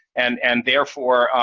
and and therefore,